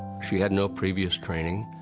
she had no previous training,